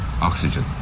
oxygen